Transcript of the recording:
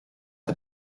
the